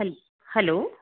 hello hello